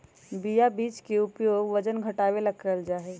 chia बीज के उपयोग वजन घटावे ला कइल जाहई